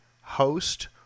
host